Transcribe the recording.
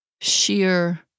sheer